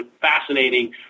fascinating